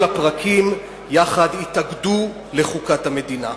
כל הפרקים יחד יתאגדו לחוקת המדינה.